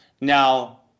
now